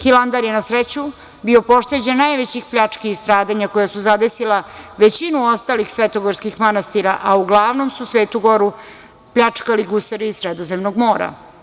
Hilandar je na sreću bio pošteđen najvećih pljački i stradanja koja su zadesila većinu ostalih svetogorskih manastira, a uglavnom su Svetu goru pljačkali gusari iz Sredozemnog mora.